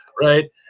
right